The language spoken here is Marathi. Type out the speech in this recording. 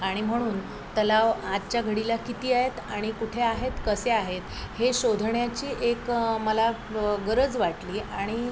आणि म्हणून तलाव आजच्या घडीला किती आहेत आणि कुठे आहेत कसे आहेत हे शोधण्याची एक मला गरज वाटली आणि